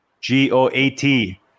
G-O-A-T